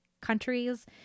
countries